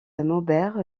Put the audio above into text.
maubert